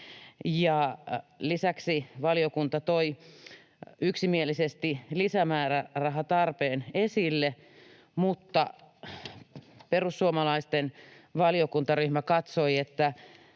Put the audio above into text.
Lisäksi valiokunta toi yksimielisesti lisämäärärahatarpeen esille, mutta perussuomalaisten valiokuntaryhmä katsoi, että